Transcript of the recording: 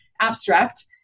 abstract